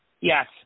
Yes